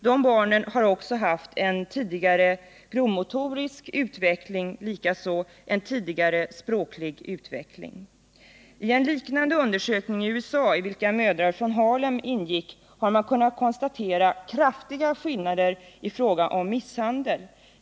De barnen har också haft en tidigare grovmotorisk utveckling liksom en tidigare språklig utveckling. I en liknande undersökning i USA, i vilken mödrar från Harlem ingick, har man kunnat konstatera kraftiga skillnader i fråga om antalet misshandelsfall.